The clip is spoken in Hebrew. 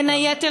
ובין היתר,